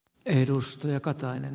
arvoisa puhemies